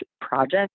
project